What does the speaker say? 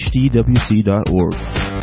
hdwc.org